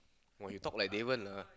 !wah! you talk like Davon lah